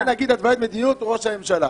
בוא נגיד: התוויית מדיניות ראש הממשלה.